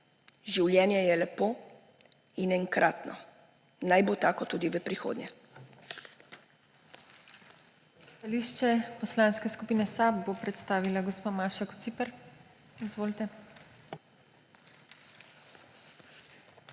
Življenje je lepo in enkratno. Naj bo tako tudi v prihodnje.